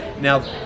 Now